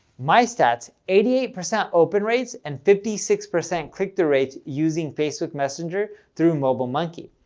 my stats, eighty eight percent open rates and fifty six percent click-through rates using facebook messenger through mobilemonkey.